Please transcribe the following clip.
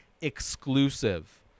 exclusive